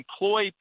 employ